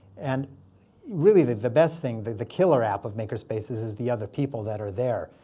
and really, the the best thing, the the killer app of makerspaces is the other people that are there,